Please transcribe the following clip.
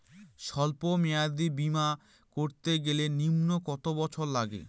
সল্প মেয়াদী বীমা করতে গেলে নিম্ন কত বছর লাগে?